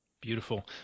Beautiful